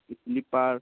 sleeper